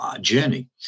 journey